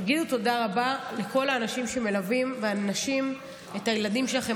תגידו תודה רבה לכל האנשים שמלווים את הילדים שלכם